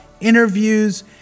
interviews